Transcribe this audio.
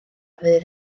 fydd